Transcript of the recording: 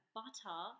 butter